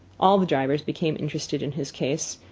all the drivers became interested in his case.